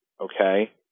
Okay